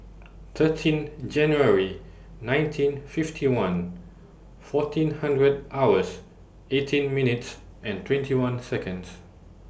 thirteen January nineteen fifty one fourteen hundred hours eighteen minutes and twenty one Seconds